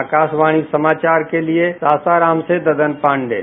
आकाशवाणी समाचार के लिए सासाराम से ददनजी पांडेय